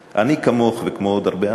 אני, כמוך וכמו עוד הרבה אנשים,